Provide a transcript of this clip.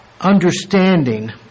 understanding